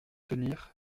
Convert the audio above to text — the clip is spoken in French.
tenir